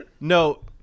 no